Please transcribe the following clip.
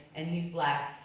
and he's black.